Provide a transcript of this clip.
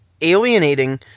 alienating